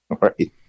Right